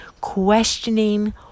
questioning